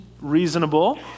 reasonable